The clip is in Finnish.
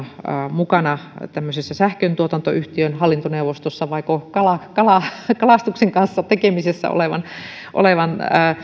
mukana tämmöisessä sähköntuotantoyhtiön hallintoneuvostossa vaiko kalastuksen kanssa tekemisissä olevan olevan